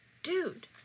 Dude